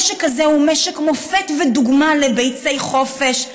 המשק הזה הוא דוגמה מופת לביצי חופש.